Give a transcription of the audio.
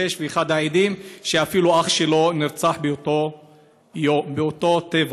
ואחד העדים שאפילו אח שלו נרצח באותו טבח.